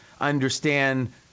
understand